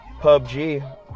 PUBG